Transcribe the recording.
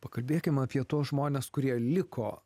pakalbėkim apie tuos žmones kurie liko